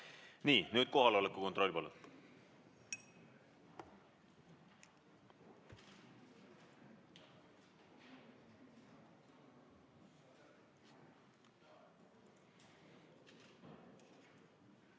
Nii, nüüd kohaloleku kontroll, palun!